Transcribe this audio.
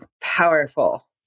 powerful